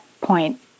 point